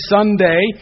Sunday